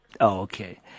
Okay